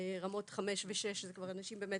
רמות 5 ו-6 זה כבר אנשים באמת